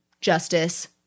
Justice